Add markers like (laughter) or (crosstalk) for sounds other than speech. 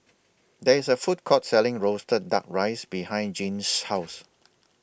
There IS A Food Court Selling Roasted Fuck Rice behind Gene's House (noise)